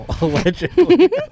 Allegedly